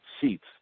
seats